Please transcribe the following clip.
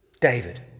David